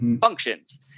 functions